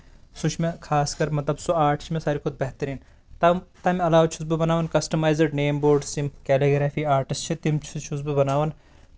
سُہ چھُ مےٚ خاص کر مطلب سُہ آٹ چھُ مےٚ ساروی کھۄتہٕ بہترین تَم تَمہِ علاوٕ چھُس بہٕ بَناوان کَسٹمایزٔڈ نیم بوڑٔس یِم کیلِگرافی آٹس چھِ تِم سُہ چھُس بہٕ بَناوان